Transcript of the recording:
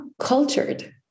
cultured